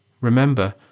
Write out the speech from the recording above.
Remember